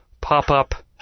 pop-up